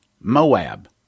Moab